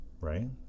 right